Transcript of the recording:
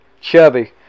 Chubby